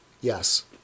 Yes